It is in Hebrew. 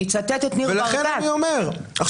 לי יש